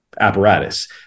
apparatus